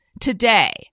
today